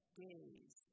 days